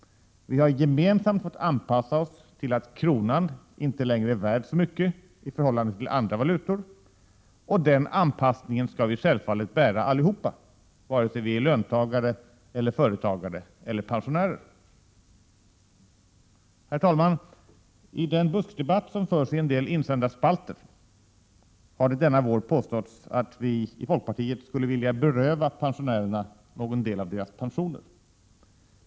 Vi har gemensamt fått anpassa oss till det faktum att kronan inte längre är värd så mycket i förhållande till andra valutor. Ansvaret för den anpassningen skall vi självfallet bära allihopa, vare sig vi är löntagare, företagare eller pensionärer. Herr talman! I den buskdebatt som förs i en del insändarspalter har det denna vår påståtts att vi i folkpartiet skulle vilja beröva pensionärerna någon del av deras pensioner.